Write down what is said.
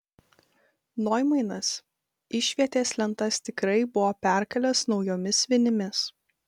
noimanas išvietės lentas tikrai buvo perkalęs naujomis vinimis